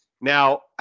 Now